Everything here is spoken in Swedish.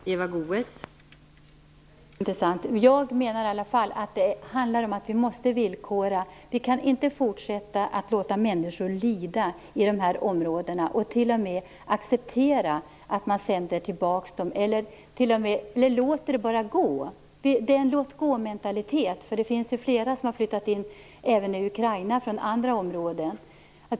Fru talman! Ja, det skall bli intressant. Jag menar att det handlar om att vi måste villkora. Vi kan inte fortsätta att låta människor lida i de här områdena. Vi kan inte acceptera att man sänder tillbaka dem eller bara låter det gå - det är en låt-gå-mentalitet. Det är flera som har flyttat in även i Ukraina från andra områden.